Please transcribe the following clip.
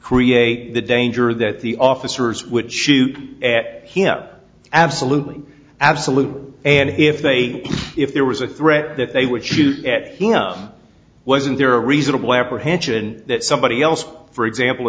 create the danger that the officers would shoot at him absolutely absolutely and if they if there was a threat that they would shoot at enough wasn't there a reasonable apprehension that somebody else for example